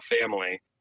family